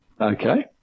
Okay